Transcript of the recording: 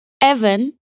Evan